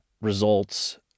results